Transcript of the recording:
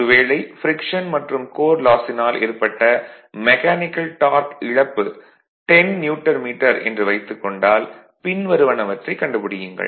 ஒரு வேளை ஃப்ரிக்ஷன் மற்றும் கோர் லாஸினால் ஏற்பட்ட மெக்கானிக்கல் டார்க் இழப்பு 10 நியூட்டன் மீட்டர் என்று வைத்துக் கொண்டால் பின்வருவனவற்றைக் கண்டுபிடியுங்கள்